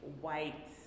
white